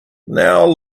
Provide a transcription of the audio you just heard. now